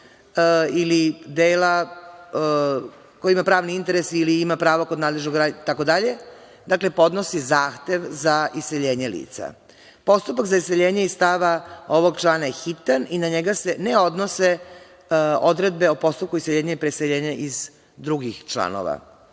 ili dela koji ima pravni interes ili ima pravo kod nadležnog itd. Dakle, podnosi zahtev za iseljenje lica. Postupak za iseljenje iz stava ovog člana je hitan i na njega se ne odnose odredbe o postupku iseljenja i preseljenja iz drugih članova